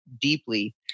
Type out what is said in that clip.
deeply